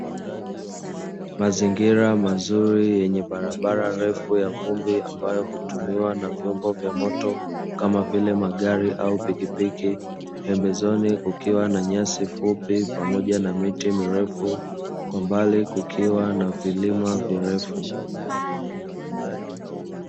Mazingira mazuri yenye barabara refu ya vumbi ambayo hutumiwa na vyombo vya moto kama vile magari au pikipiki, pembezoni kukiwa na nyasi fupi pamoja na miti mirefu kwa mbali kukiwa na vilima virefu.